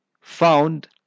found